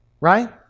right